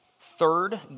Third